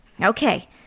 Okay